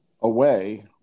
away